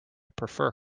prefer